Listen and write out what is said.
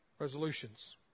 resolutions